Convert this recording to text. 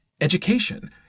education